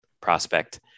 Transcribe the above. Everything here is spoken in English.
prospect